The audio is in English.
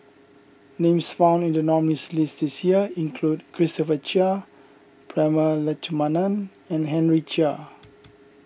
names found in the nominees' list this year include Christopher Chia Prema Letchumanan and Henry Chia